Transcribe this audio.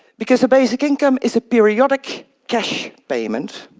because a basic income is a periodic cash payment,